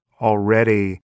already